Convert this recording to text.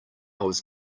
was